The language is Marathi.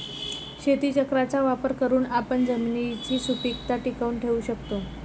शेतीचक्राचा वापर करून आपण जमिनीची सुपीकता टिकवून ठेवू शकतो